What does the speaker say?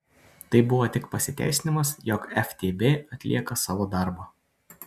tai buvo tik pasiteisinimas jog ftb atlieka savo darbą